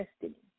destiny